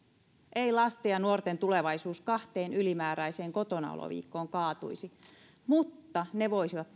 ei lasten ja nuorten tulevaisuus kahteen ylimääräiseen kotonaoloviikkoon kaatuisi mutta ne voisivat